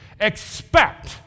Expect